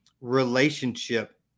relationship